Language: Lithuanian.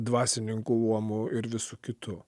dvasininkų luomo ir visu kitu